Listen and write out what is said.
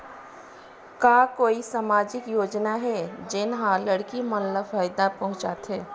का कोई समाजिक योजना हे, जेन हा लड़की मन ला फायदा पहुंचाथे?